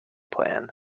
plan